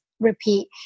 repeat